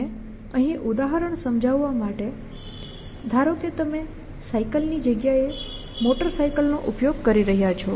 અને અહીં ઉદાહરણ સમજાવવા માટે ધારો કે તમે સાયકલની જગ્યા એ મોટર સાયકલનો ઉપયોગ કરી રહ્યાં છો